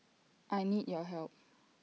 I need your help